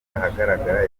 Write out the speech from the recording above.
ahagaragara